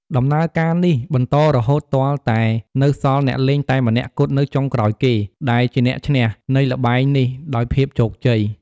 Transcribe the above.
ដំណើរការនេះបន្តរហូតទាល់តែនៅសល់អ្នកលេងតែម្នាក់គត់នៅចុងក្រោយគេ ដែលជាអ្នកឈ្នះ នៃល្បែងនេះដោយភាពជោគជ័យ។